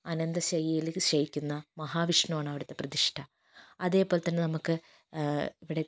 അനന്തശയ്യയിൽ ശയിക്കുന്ന മഹാവിഷ്ണു ആണവിടുത്തെ പ്രതിഷ്ഠ അതേപോലെത്തന്നെ നമുക്ക് ഇവിടെ